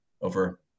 over